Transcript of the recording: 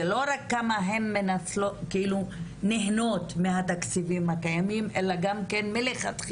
זה לא רק כמה הן נהנות מהתקציבים הקיימים אלא גם כן מלכתחילה,